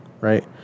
right